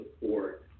support